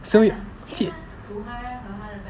所以借